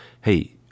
hey